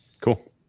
Cool